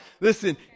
Listen